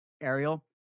Ariel